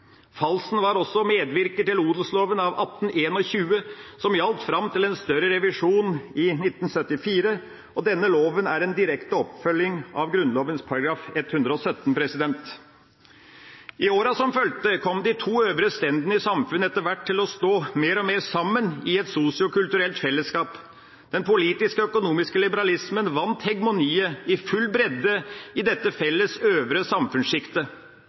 Falsen var også medvirker til odelsloven av 1821, som gjaldt fram til en større revisjon i 1974, og denne loven er en direkte oppfølging av Grunnloven § 117. I årene som fulgte, kom de to øvre stendene i samfunnet etter hvert til å stå mer og mer sammen i et sosio-kulturelt fellesskap. Den politiske økonomiske liberalismen vant hegemoniet i full bredde i dette felles øvre